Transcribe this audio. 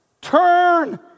turn